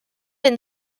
been